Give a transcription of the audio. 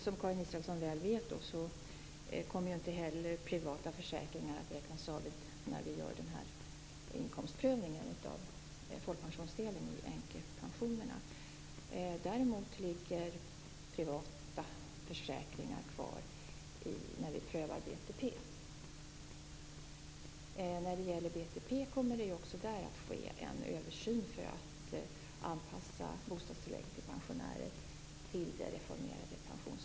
Som Karin Israelsson väl vet kommer inte heller privata försäkringar att räknas av vid inkomstprövningen av folkpensionsdelen i änkepensionerna. Däremot ligger privata försäkringar kvar när vi prövar BTP. Vad gäller BTP kommer det att ske en översyn för att anpassa bostadstillägget till pensionärer till det reformerade pensionssystemet.